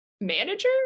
manager